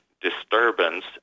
disturbance